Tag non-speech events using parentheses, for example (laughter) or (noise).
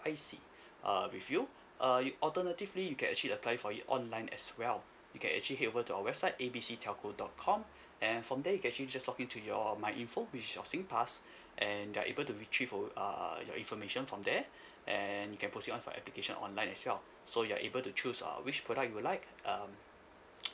I_C uh with you uh you alternatively you can actually apply for it online as well you can actually head over to our website A B C telco dot com and from there you can actually just login to your my info which is your singpass and they're able to retrieve o~ uh your information from there and you can proceed on for application online as well so you're able to choose err which product you would like um (noise)